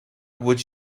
would